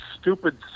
stupid